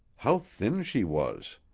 how thin she was!